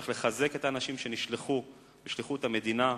צריך לחזק את האנשים שנשלחו בשליחות המדינה.